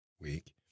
week